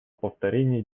повторения